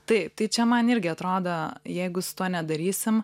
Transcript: taip tai čia man irgi atrodo jeigu su tuo nedarysim